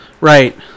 Right